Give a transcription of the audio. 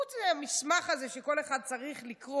חוץ מהמסמך הזה, שכל אחד צריך לקרוא,